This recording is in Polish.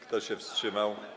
Kto się wstrzymał?